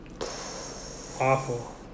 awful